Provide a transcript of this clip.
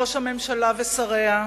ראש הממשלה ושריה,